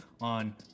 on